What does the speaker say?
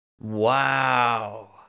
Wow